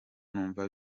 numva